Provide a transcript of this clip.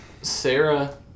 Sarah